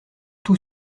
tout